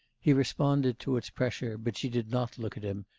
he responded to its pressure but she did not look at him,